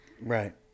Right